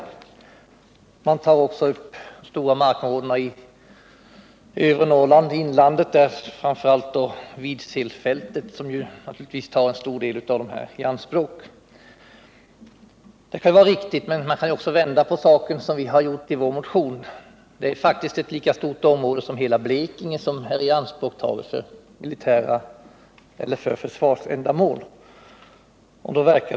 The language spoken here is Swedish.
Utskottet tar också upp de stora markområdena i övre 118 Norrlands inland, framför allt Vidselfältet, som naturligtvis tar i anspråk en Detta kan vara en riktig beskrivning. Men man kan också vända på saken, som vi har gjort i vår motion. 1 96 av landets yta, som alltså är tagen i anspråk för försvarsändamål, är faktiskt ett lika stort område som hela Blekinge.